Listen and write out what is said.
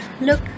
look